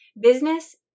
Business